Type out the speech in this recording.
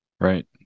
right